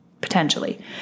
potentially